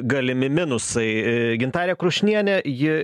galimi minusai gintarė krušnienė ji